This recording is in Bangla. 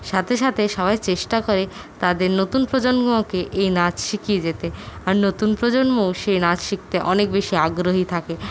সাথে সাথে সবাই চেষ্টা করে তাদের নতুন প্রজন্মকে এই নাচ শিখিয়ে যেতে আর নতুন প্রজন্ম সেই নাচ শিখতে অনেক বেশি আগ্রহী থাকে